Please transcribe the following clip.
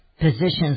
Positions